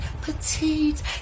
petite